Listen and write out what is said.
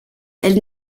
elle